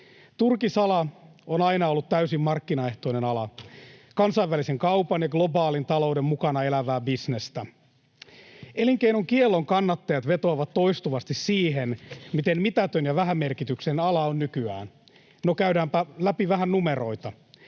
Turkisala on aina ollut täysin markkinaehtoinen ala, kansainvälisen kaupan ja globaalin talouden mukana elävää bisnestä. Elinkeinon kiellon kannattajat vetoavat toistuvasti siihen, miten mitätön ja vähämerkityksellinen ala on nykyään. No käydäänpä läpi vähän numeroita.